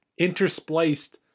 interspliced